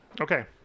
Okay